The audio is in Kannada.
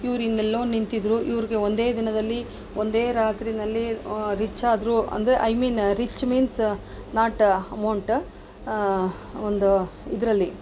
ಇವರು ಇನ್ನೆಲ್ಲೊ ನಿಂತಿದ್ದರು ಇವರಿಗೆ ಒಂದೇ ದಿನದಲ್ಲಿ ಒಂದೇ ರಾತ್ರಿಯಲ್ಲಿ ರಿಚ್ ಆದರು ಅಂದರೆ I mean rich means not amount ಒಂದು ಇದರಲ್ಲಿ